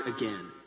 again